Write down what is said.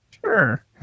Sure